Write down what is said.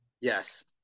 Yes